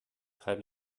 très